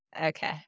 Okay